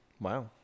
Wow